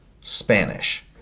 spanish